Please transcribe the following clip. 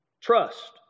Trust